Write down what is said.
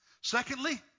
Secondly